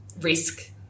risk